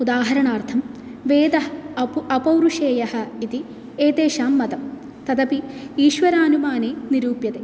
उदाहरणार्थं वेदः अ अपौरुषेयः इति एतेषां मतं तदपि ईश्वरानुमाने निरूप्यते